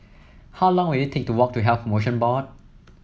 how long will it take to walk to Health Promotion Board